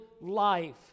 life